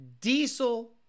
diesel